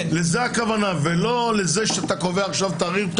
זו הכוונה ולא לזה שאתה קובע עכשיו תאריך בחירות.